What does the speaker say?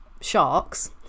sharks